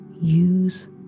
Use